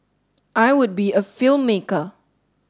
I would be a filmmaker